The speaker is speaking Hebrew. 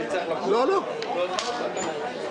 נצא להפסקה.